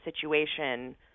situation